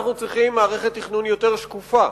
אנחנו צריכים מערכת תכנון יותר שקופה,